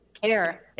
care